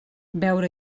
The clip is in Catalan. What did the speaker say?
beure